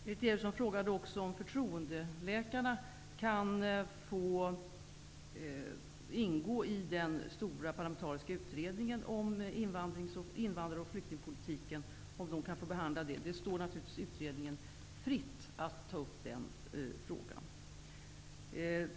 Berith Eriksson frågade också om förtroendeläkarna kan få ingå i den stora parlamentariska utredningen om invandrings och flyktingpolitiken. Det står naturligtvis utredningen fritt att ta upp den frågan.